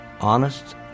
honest